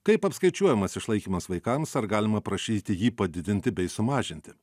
kaip apskaičiuojamas išlaikymas vaikams ar galima prašyti jį padidinti bei sumažinti